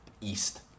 east